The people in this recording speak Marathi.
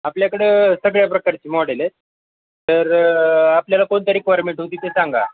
आपल्याकडं सगळ्या प्रकारचे मॉडेल आहेत तर आपल्याला कोणत्या रिक्वायरमेंट होती ते सांगा